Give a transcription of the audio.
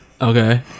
Okay